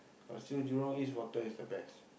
but still Jurong-East water is the best